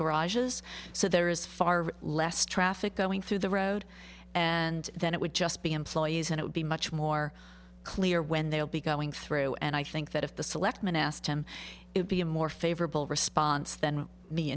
garages so there is far less traffic going through the road and then it would just be employees and it would be much more clear when they would be going through and i think that if the selectmen asked him it be a more favorable response than me